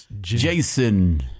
Jason